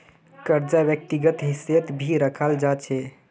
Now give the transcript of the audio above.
कर्जाक व्यक्तिगत हिस्सात भी रखाल जा छे